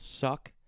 suck